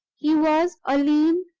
he was a lean,